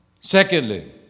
Secondly